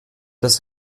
das